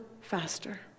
faster